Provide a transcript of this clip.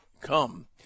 come